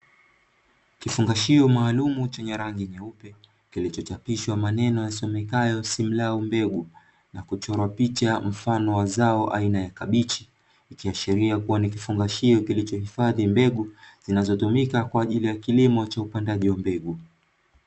Kifungashio maalumu chenye rangi nyeupe kilichochapishwa maneno yasomekayo "Simlaw" mbegu na kuchorwa picha mfano wa zao aina ya kabichi, ikiashiria kuwa ni kifungashio kilichohifadhi mbegu zinazotumika kwa ajili ya kilimo cha upandaji wa mbegu.